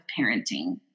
parenting